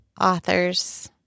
authors